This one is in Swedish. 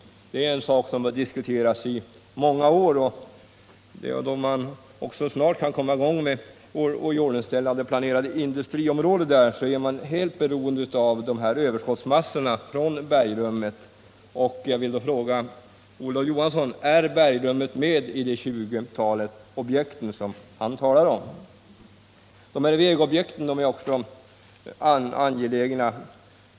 Det är en sak som har diskuterats i många år. Om man nu snart skall börja iordningställa det planerade industriområdet är man helt beroende av överskottsmassorna från bergrummet. Jag vill då fråga Olof Johansson: Är bergrummet med i det 20 tal projekt som han talar om? Vägobjekten är också angelägna.